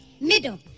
Middle